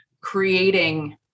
creating